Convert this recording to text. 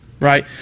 right